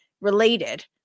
related